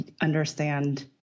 understand